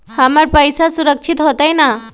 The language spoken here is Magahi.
हमर पईसा सुरक्षित होतई न?